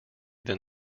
than